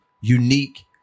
unique